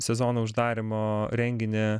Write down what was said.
sezono uždarymo renginį